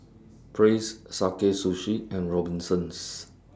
Praise Sakae Sushi and Robinsons